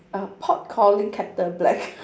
err pot calling kettle black